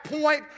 point